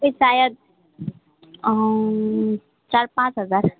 त्यही सायद चार पाँच हजार